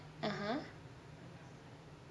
(uh huh)